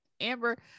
Amber